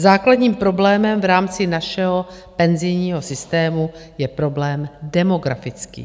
Základním problémem v rámci našeho penzijního systému je problém demografický.